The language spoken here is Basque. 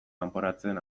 kanporatzen